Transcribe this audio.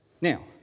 Now